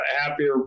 happier